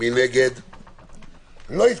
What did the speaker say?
ההסתייגות לא התקבלה.